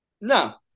No